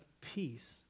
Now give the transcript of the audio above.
peace